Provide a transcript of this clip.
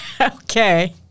Okay